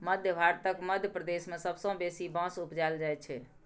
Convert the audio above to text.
मध्य भारतक मध्य प्रदेश मे सबसँ बेसी बाँस उपजाएल जाइ छै